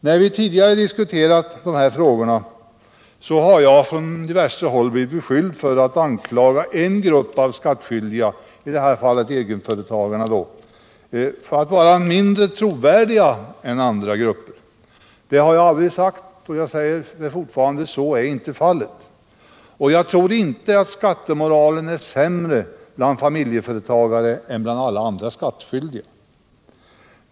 När vi tidigare diskuterat de här frågorna, har jag från diverse håll blivit beskylld för att anklaga en grupp av skattskyldiga, i detta fall egenföretagarna, för att vara mindre trovärdiga än andra grupper. Jag påstår fortfarande att jag aldrig har sagt så. Jag tror inte att skattemoralen är sämre bland familjeföretagare än bland alla andra skattskyldiga.